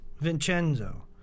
Vincenzo